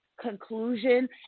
conclusion